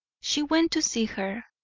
she went to see her,